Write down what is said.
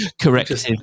Corrective